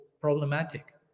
problematic